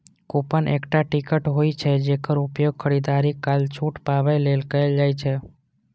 coupon एकटा ticket होइ छै, जेकर उपयोग खरीदारी काल छूट पाबै लेल कैल जाइ छै